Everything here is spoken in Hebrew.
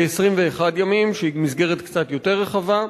ל-21 ימים, שהיא מסגרת קצת יותר רחבה.